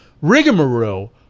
rigmarole